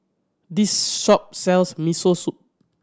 this shop sells Miso Soup